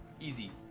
Easy